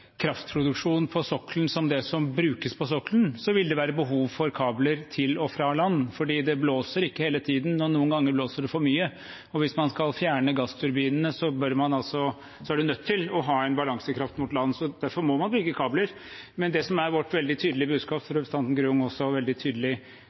kraftproduksjon på sokkelen som det som brukes på sokkelen, vil det være behov for kabler til og fra land, fordi det blåser ikke hele tiden, og noen ganger blåser det for mye. Hvis man skal fjerne gassturbinene, er man nødt til å ha en balansekraft mot land, så derfor må man bygge kabler. Men det som er vårt veldig tydelige budskap,